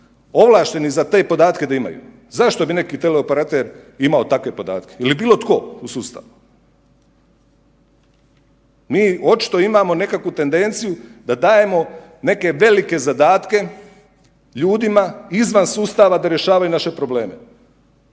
ovlašteni za te podatke da imaju. Zašto bi neki teleoperater imao takve podatke ili bilo tko u sustavu? Mi očito imamo nekakvu tendenciju da dajemo neke velike zadatke ljudima izvan sustava da rješavaju naše probleme.